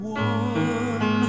one